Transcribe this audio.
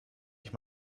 ich